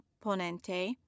Ponente